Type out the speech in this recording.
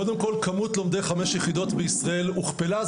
קודם כל כמות לומדי חמש יחידות בישראל הוכפלה,